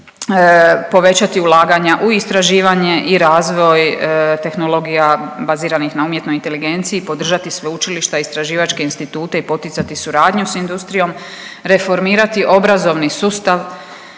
povećati ulaganja u istraživanje i razvoj tehnologija baziranih na umjetnoj inteligenciji, podržati sveučilišta, istraživačke institute i poticati suradnju s industrijom, reformirati obrazovni sustav